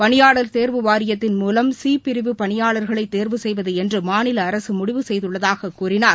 பணியாளர் தேர்வு வாரியத்தின் மூவம் சி பிரிவு பணியாளர்களை தேர்வு செய்வது என்று மாநில அரசு முடிவு செய்துள்ளதாக கூறினார்